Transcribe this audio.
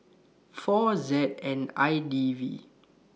four Z N I D V